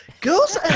Girls